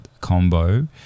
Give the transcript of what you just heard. combo